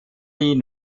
die